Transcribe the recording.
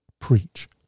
preach